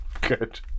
Good